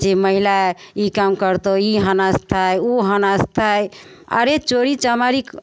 जे महिला ई काम करतो ई हनस्थय उ हनस्थय अरे चोरी चमारी